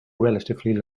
relatively